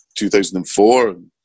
2004